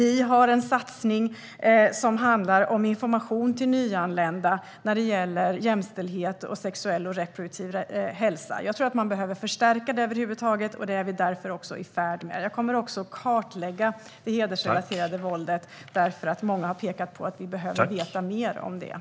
Vi har en satsning om information till nyanlända som handlar om jämställdhet och sexuell och reproduktiv hälsa. Jag tror att man behöver förstärka detta, och därför är vi i färd med att göra just det. Jag kommer också att kartlägga det hedersrelaterade våldet, eftersom många har pekat på att det är något som vi behöver veta mer om.